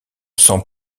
sent